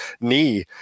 knee